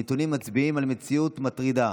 הנתונים מצביעים על מציאות מטרידה: